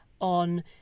on